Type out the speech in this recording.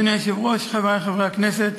אדוני היושב-ראש, חברי חברי הכנסת,